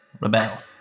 rebel